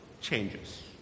changes